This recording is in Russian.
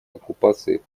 оккупации